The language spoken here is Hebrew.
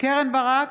קרן ברק,